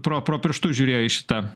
pro pro pirštus žiūrėjo į šitą